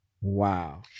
Wow